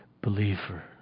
Believer